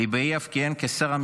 ליבאי השלים תואר ראשון ושני בפקולטה